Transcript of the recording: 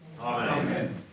Amen